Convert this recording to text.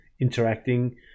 interacting